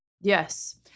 Yes